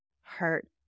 hurt